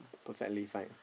perfectly fine